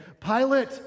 Pilate